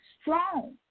strong